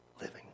living